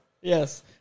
Yes